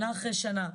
שנה אחרי שנה.